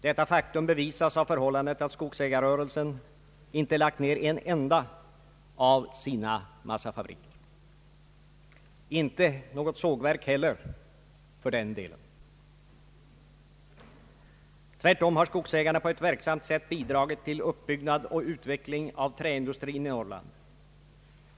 Detta faktum bevisas av förhållandet att skogsägarrörelsen inte lagt ned en enda av sina massafabriker, inte något sågverk heller för den delen. Tvärtom har skogsägarna på ett verksamt sätt bidragit till uppbyggnad och utveckling av träindustrin i Norrland.